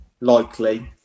likely